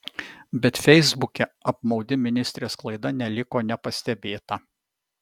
bet feisbuke apmaudi ministrės klaida neliko nepastebėta